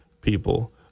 people